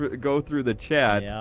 but go through the chat. yeah